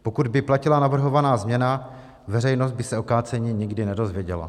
Pokud by platila navrhovaná změna, veřejnost by se o kácení nikdy nedozvěděla.